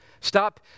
Stop